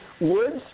Woods